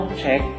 check